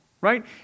right